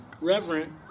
reverent